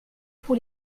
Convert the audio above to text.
pour